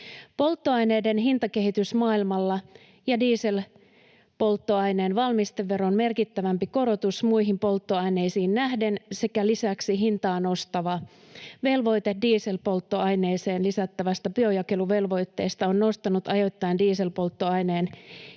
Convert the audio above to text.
Polttoaineiden hintakehitys maailmalla ja dieselpolttoaineen valmisteveron merkittävämpi korotus muihin polttoaineisiin nähden sekä lisäksi hintaa nostava dieselpolttoaineeseen lisättävä biojakeluvelvoite on nostanut ajoittain dieselpolttoaineen